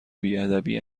بیادبی